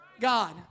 God